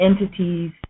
entities